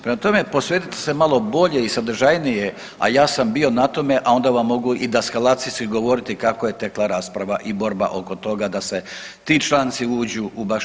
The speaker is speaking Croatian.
Prema tome, posvetite se malo bolje i sadržajnije, a ja sam bio na tome, a onda vam mogu i daskalacijski govoriti kako je tekla rasprava i borba oko toga da se ti članci uđu baš u te zaključke.